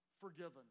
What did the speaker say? forgiven